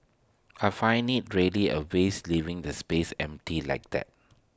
I find IT really A waste leaving the space empty like that